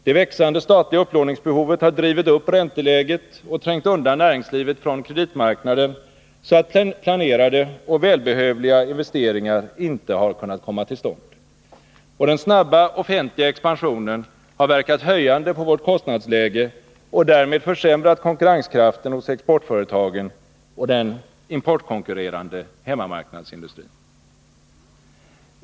Det växande statliga upplåningsbehovet har drivit upp ränteläget och trängt undan näringslivet från kreditmarknaden, så att planerade och välbehövliga investeringar inte har kunnat komma till stånd. Och den snabba offentliga expansionen har verkat höjande på vårt kostnadsläge och därmed försämrat konkurrenskraften hos exportföretagen och den importkonkurrerande hemmamarknadsindustrin.